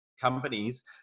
companies